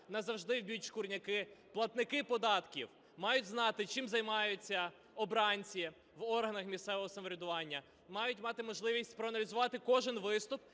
назавжди вб'ють "шкурняки". Платники податків мають знати, чим займаються обранці в органах місцевого самоврядування, мають мати можливість проаналізувати кожен виступ